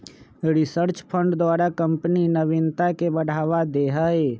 research fund द्वारा company नविनता के बढ़ावा दे हइ